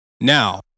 Now